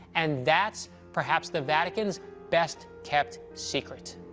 and that's perhaps the vatican's best-kept secret.